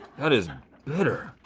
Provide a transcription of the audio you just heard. gah. that is bitter.